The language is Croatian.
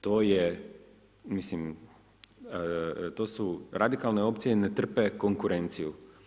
To je, mislim, to su, radikalne opcije ne trpe konkurenciju.